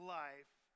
life